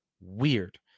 weird